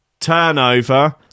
Turnover